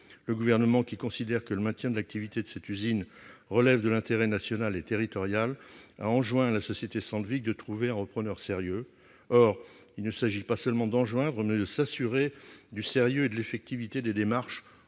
Le Gouvernement, qui considère que le maintien de l'activité de cette usine relève de l'intérêt national et territorial, a enjoint à la société Sandvik de trouver un repreneur sérieux. Or, enjoindre ne suffit pas, il faut aussi s'assurer du sérieux et de l'effectivité des démarches